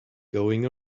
going